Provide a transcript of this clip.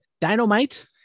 dynamite